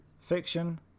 fiction